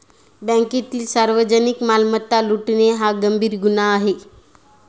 बँकेतील सार्वजनिक मालमत्ता लुटणे हा गंभीर गुन्हा आहे